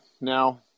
Now